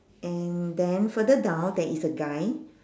and then further down there is a guy